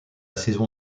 saison